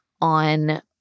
on